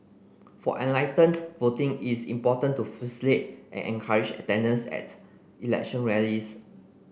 for enlightened voting is important to facilitate and encourage attendance at election rallies